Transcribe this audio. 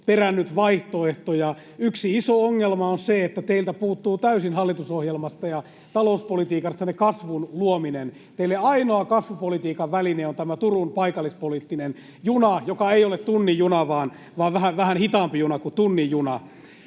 perännyt vaihtoehtoja. Yksi iso ongelma on se, että teiltä puuttuu hallitusohjelmasta ja talouspolitiikastanne täysin kasvun luominen. Teille ainoa kasvupolitiikan väline on tämä Turun paikallispoliittinen juna, joka ei ole tunnin juna vaan vähän hitaampi juna kuin tunnin juna.